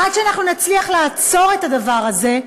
עד שאנחנו נצליח לעצור את הדבר הזה,